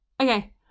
okay